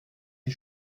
les